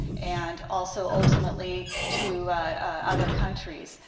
and also ultimately to other countries.